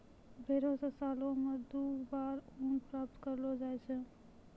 भेड़ो से सालो मे दु बार ऊन प्राप्त करलो जाय छै